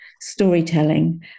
storytelling